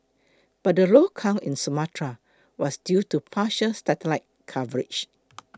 but the low count in Sumatra was due to partial satellite coverage